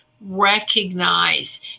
recognize